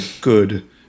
good